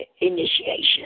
initiation